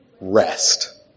Rest